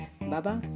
Bye-bye